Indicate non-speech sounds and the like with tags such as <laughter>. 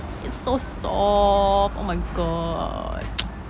it's so soft oh my god <noise>